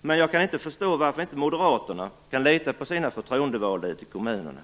Men jag kan inte förstå varför inte Moderaterna kan lita på sina förtroendevalda ute i kommunerna.